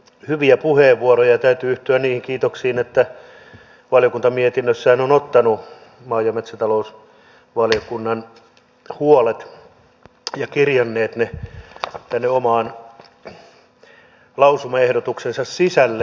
hyviä puheenvuoroja ja täytyy yhtyä niihin kiitoksiin että valiokunta mietinnössään on ottanut maa ja metsätalousvaliokunnan huolet ja kirjannut ne tänne oman lausumaehdotuksensa sisälle